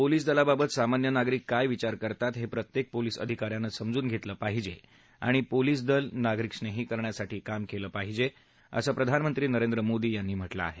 police दलाबाबत सामान्य नागरिक काय विचार करतात हे प्रत्येक पोलीस अधिका यानं समजून घेतलं पाहिजे आणि पोलीस दल नागरिकस्नेही करण्यासाठी काम केलं पाहिजे असं प्रधानमंत्री नरेंद्र मोदी यांनी म्हटलं आहे